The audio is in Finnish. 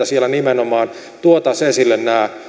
siellä nimenomaan tuotaisiin esille nämä